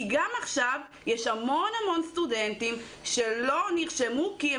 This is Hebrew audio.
גם עכשיו יש המון סטודנטים שלא נרשמו כי הם